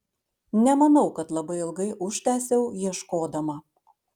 nemanau kad labai ilgai užtęsiau ieškodama